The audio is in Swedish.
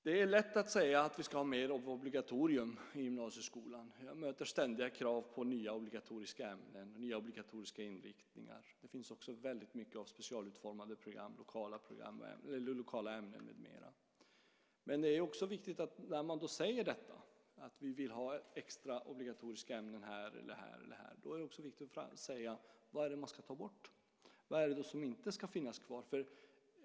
Det är lätt att säga att vi ska ha mer av obligatorium i gymnasieskolan. Jag möter ständiga krav på nya obligatoriska ämnen och på nya obligatoriska inriktningar. Det finns också väldigt mycket av specialutformade program och lokala ämnen med mera. Men när man säger att man vill ha extra obligatoriska ämnen är det också viktigt att tala om vad man ska ta bort och vad som inte ska finnas kvar.